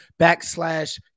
backslash